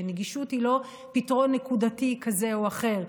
שנגישות היא לא פתרון נקודתי כזה או אחר,